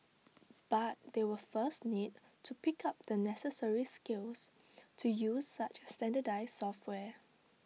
but they will first need to pick up the necessary skills to use such standardised software